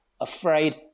afraid